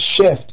shift